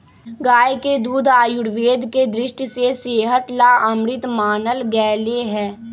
गाय के दूध आयुर्वेद के दृष्टि से सेहत ला अमृत मानल गैले है